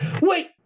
Wait